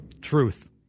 truth